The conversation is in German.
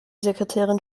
sekretärin